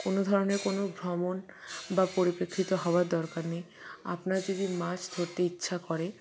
কোনও ধরনের কোনও ভ্রমণ বা পরিপ্রেক্ষিত হওয়ার দরকার নেই আপনার যদি মাছ ধরতে ইচ্ছা করে